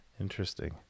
interesting